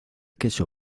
queso